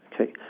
Okay